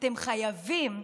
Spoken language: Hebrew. אתם חייבים,